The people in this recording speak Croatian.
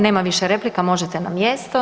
Nema više replike, možete na mjesto.